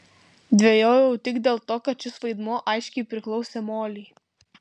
dvejojau tik dėl to kad šis vaidmuo aiškiai priklausė molei